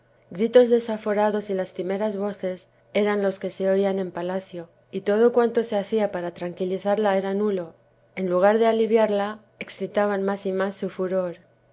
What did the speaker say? gritos desaforados y lastimeras voces eran los que se oian en palacio y todo cuanto se hacia para tranquilizarla era nulo en lugar de aliviarla escitaban mas y mas su furor